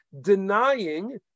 denying